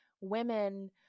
women